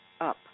up